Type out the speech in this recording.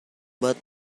but